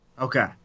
Okay